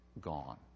gone